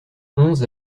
onze